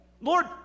Lord